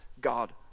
God